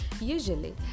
Usually